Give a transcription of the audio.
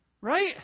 Right